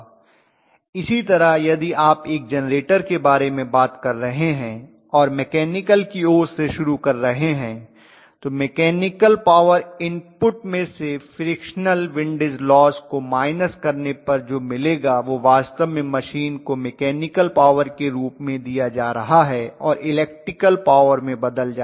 इसी तरह यदि आप एक जेनरेटर के बारे में बात कर रहे हैं और मकैनिकल की ओर से शुरू कर रहे हैं तो मकैनिकल पावर इनपुट में से फ्रिक्शनल विन्डिज लॉस को माइनस करने पर जो मिलेगा वह वास्तव में मशीन को मकैनिकल पॉवर के रूप में दिया जा रहा है और इलेक्ट्रिकल पॉवर में बदल जाएगा